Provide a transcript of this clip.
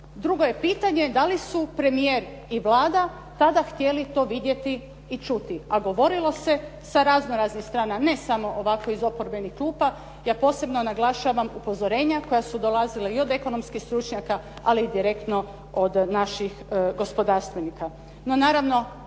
Drugo je pitanje da li su premijer i Vlada tada htjeli to vidjeti i čuti, a govorilo se raznoraznih strana, ne samo ovako iz oporbenih klupa. Ja posebno naglašavam upozorenja koja su dolazila i od ekonomskih stručnjaka, ali i direktno od naših gospodarstvenika.